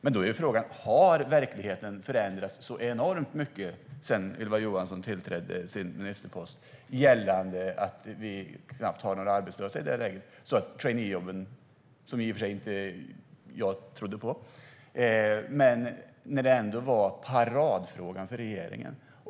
Men frågan är: Har verkligheten förändrats så enormt mycket sedan Ylva Johansson tillträdde sin ministerpost gällande att vi knappt har några arbetslösa i det läget? Traineejobben, som jag i och för sig inte trodde på, var ändå paradfrågan för regeringen.